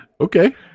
Okay